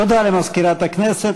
תודה למזכירת הכנסת.